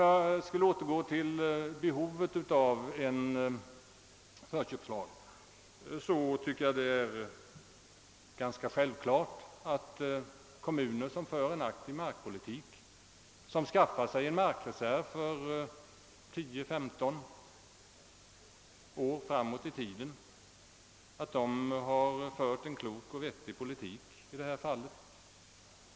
För att återgå till behovet av en förköpslag så tycker jag det är ganska självklart att kommuner, som fört en aktiv markpolitik och som skaffat sig en markreseryv för tio, femton år framåt i tiden, har fört en klok politik.